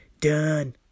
Done